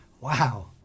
wow